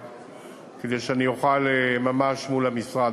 כדי שאני אוכל לטפל ממש מול המשרד.